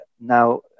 Now